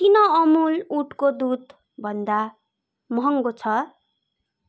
किन अमूल ऊँटको दुधभन्दा महङ्गो छ